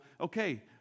okay